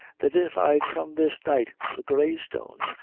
that if i'd come this night to the grey stone,